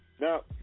Now